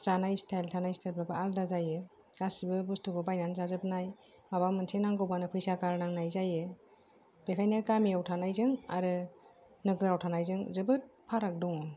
जानाय स्ताइल थानाय स्ताइलफ्रा आलादा जायो गासिबो बुस्तुखौ बायनानै जाजोबनाय माबा मोनसे नांगौबानो फैसा गारनांनाय जायो बेखायनो गामियाव थानायजों आरो नोगोराव थानायजों जोबोत फाराग दङ